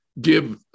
give